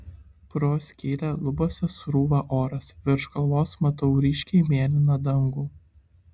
pro skylę lubose srūva oras virš galvos matau ryškiai mėlyną dangų